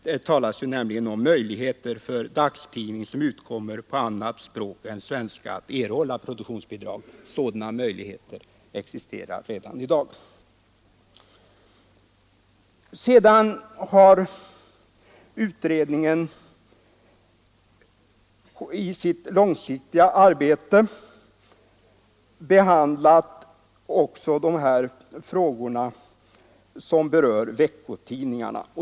I reservationen talas nämligen om möjligheter för dagstidning som utkommer på annat språk än svenska att erhålla produktionsbidrag. Sådana möjligheter existerar redan i dag. Utredningen har i sitt långsiktiga arbete behandlat också de frågor som rör veckotidningarna.